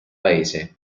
paese